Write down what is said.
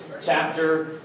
chapter